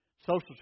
Social